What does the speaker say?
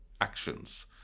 actions